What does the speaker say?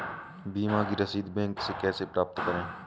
बीमा की रसीद बैंक से कैसे प्राप्त करें?